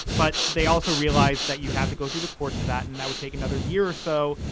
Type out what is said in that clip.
but they also realize that you had to go through the course of that and that would take another year or so.